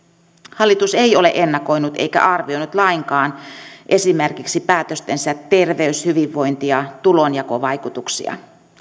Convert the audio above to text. hallitus ei ole ennakoinut eikä arvioinut lainkaan esimerkiksi päätöstensä terveys hyvinvointi ja tulonjakovaikutuksia